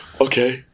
Okay